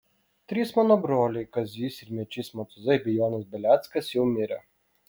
trys mano broliai kazys ir mečys matuzai bei jonas beleckas jau mirę